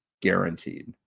guaranteed